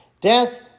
Death